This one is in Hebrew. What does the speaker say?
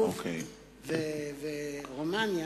לוב ורומניה,